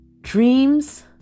Dreams